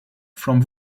from